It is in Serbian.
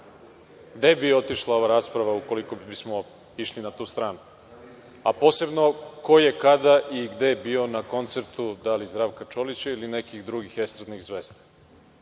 Gde bi otišla ova rasprava ukoliko bismo išli na tu stranu, a posebno ko je kada i gde bio na koncertu da li Zdravka Čolića ili nekih drugih estradnih